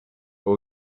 but